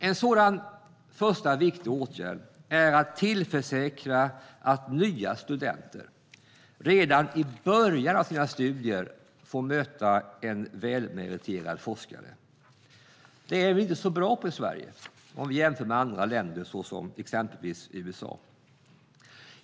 En första viktig åtgärd är att försäkra sig om att nya studenter redan i början av sina studier får möta en välmeriterad forskare. Detta är vi inte så bra på i Sverige om vi jämför oss med andra länder, som USA.